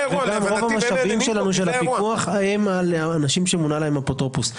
רוב המשאבים של הפיקוח שלנו מופנים לאנשים שמונה להם אפוטרופוס,